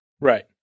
Right